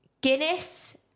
Guinness